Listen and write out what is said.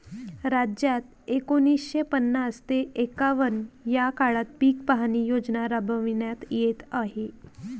राज्यात एकोणीसशे पन्नास ते एकवन्न या काळात पीक पाहणी योजना राबविण्यात येत आहे